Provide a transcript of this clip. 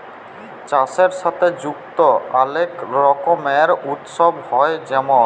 চাষের সাথে যুক্ত অলেক রকমের উৎসব হ্যয়ে যেমল